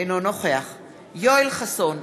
אינו נוכח יואל חסון,